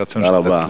יהי רצון שתצליח.